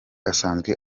asanzwe